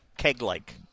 Keg-like